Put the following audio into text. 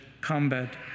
combat